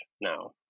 now